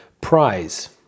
prize